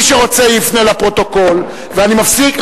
מי שרוצה, יפנה לפרוטוקול, ואני מפסיק.